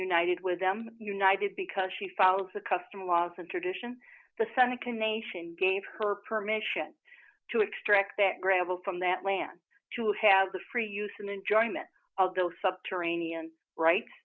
united with them united because she follows the custom laws and tradition the seneca nation gave her permission to extract that gravel from that land to have the free use and enjoyment of the subterranean rights